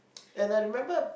and I remember